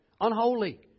Unholy